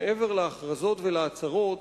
מעבר להכרזות ולהצהרות,